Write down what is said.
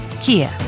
Kia